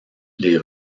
les